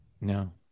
No